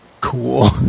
cool